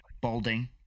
balding